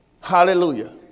Hallelujah